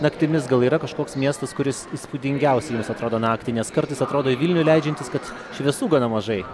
naktimis gal yra kažkoks miestas kuris įspūdingiausiai jums atrodo naktį nes kartais atrodo į vilnių leidžiantis kad šviesų gana mažai